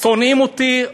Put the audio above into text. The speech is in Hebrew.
"שונאים אותי",